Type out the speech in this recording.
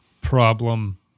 problem